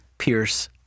Pierce